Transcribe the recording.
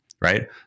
right